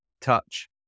Touch